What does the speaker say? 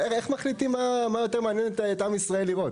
איך אתם מחליטים מה יותר מעניין את עם ישראל לראות?